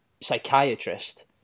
psychiatrist